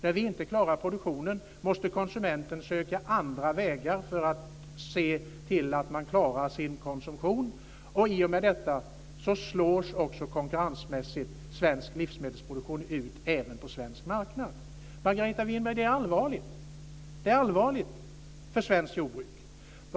När vi inte klarar produktionen måste konsumenten söka andra vägar för att klara sin konsumtion, och i och med detta slås svensk livsmedelsproduktion konkurrensmässigt ut även på svensk marknad. Det är allvarligt, Margareta Winberg. Det är allvarligt för svenskt jordbruk.